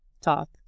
talk